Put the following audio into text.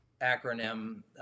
acronym